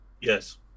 yes